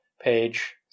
page